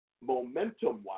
momentum-wise